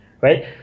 right